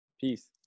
Peace